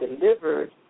delivered